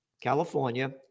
California